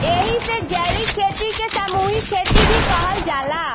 एही से जैविक खेती के सामूहिक खेती भी कहल जाला